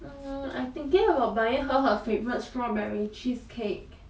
hmm I'm thinking about buying her her favourite strawberry cheesecake